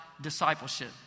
discipleship